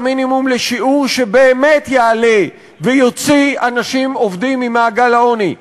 המינימום לשיעור שבאמת יעלה ויוציא אנשים עובדים ממעגל העוני.